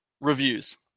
reviews